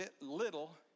little